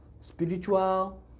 spiritual